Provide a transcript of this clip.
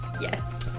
Yes